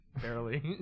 Barely